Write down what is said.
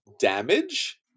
damage